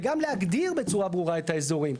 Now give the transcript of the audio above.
וגם להגדיר בצורה ברורה את האזורים.